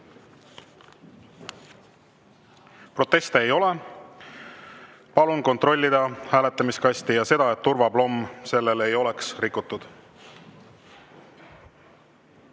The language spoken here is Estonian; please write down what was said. Proteste ei ole. Palun kontrollida hääletamiskasti ja seda, et turvaplomm sellel ei oleks rikutud.